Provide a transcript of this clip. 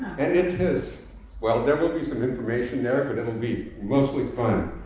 and it is well, there will be some information there, but it will be mostly fun.